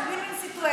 זה win win situation.